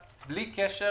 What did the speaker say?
בלי קשר